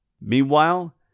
Meanwhile